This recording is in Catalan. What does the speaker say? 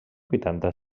vuitanta